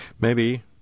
Maybe